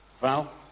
Val